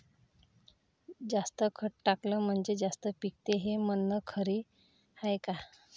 जास्त खत टाकलं म्हनजे जास्त पिकते हे म्हन खरी हाये का?